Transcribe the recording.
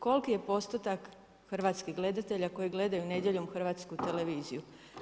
Koliki je postotak hrvatskih gledatelja koji gledaju nedjeljom Hrvatsku televiziju?